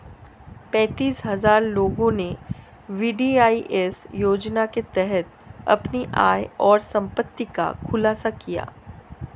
पेंतीस हजार लोगों ने वी.डी.आई.एस योजना के तहत अपनी आय और संपत्ति का खुलासा किया